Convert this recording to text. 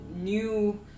new